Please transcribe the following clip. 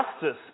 justice